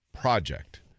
project